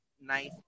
nice